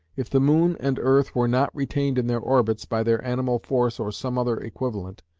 if the moon and earth were not retained in their orbits by their animal force or some other equivalent,